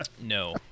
No